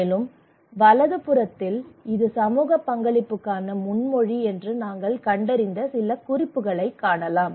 மேலும் வலது புறத்தில் இது சமூக பங்களிப்புக்கான முன்மொழிவு என்று நாங்கள் கண்டறிந்த சில குறிப்புகளைக் காணலாம்